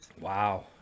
Wow